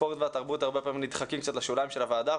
הספורט והתרבות הרבה פעמים נדחקים קצת לשוליים של הוועדה.